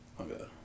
Okay